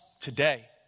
today